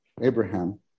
Abraham